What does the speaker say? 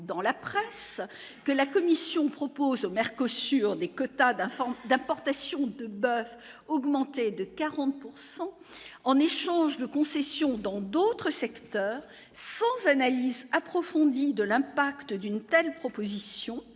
dans la presse que la commission propose maire sur des quotas d'informer d'importation de boeuf augmenter de 40 pourcent en échange de concessions dans d'autres secteurs sans analyse approfondie de l'impact d'une telle proposition,